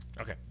Okay